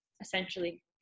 essentially